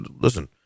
listen